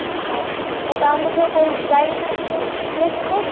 अच्छा त तव्हां मूंखे कोई डिजाइन कढी करे मोकिले छॾो